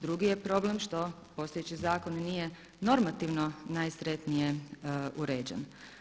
Drugi je problem što postojeći zakon nije normativno najsretnije uređen.